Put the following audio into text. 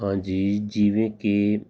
ਹਾਂਜੀ ਜਿਵੇਂ ਕਿ